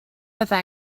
bydda